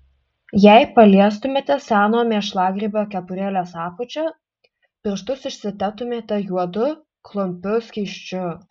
jei paliestumėte seno mėšlagrybio kepurėlės apačią pirštus išsiteptumėte juodu klampiu skysčiu